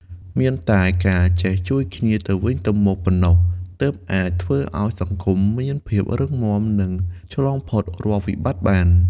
មានតែការចេះជួយគ្នាទៅវិញទៅមកប៉ុណ្ណោះ ទើបអាចធ្វើឲ្យសង្គមមានភាពរឹងមាំ និងឆ្លងផុតរាល់វិបត្តិបាន។